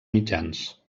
mitjans